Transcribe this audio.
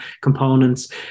components